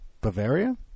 Bavaria